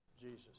Jesus